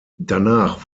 danach